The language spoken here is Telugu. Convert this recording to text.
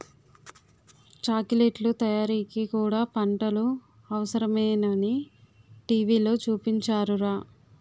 చాకిలెట్లు తయారీకి కూడా పంటలు అవసరమేనని టీ.వి లో చూపించారురా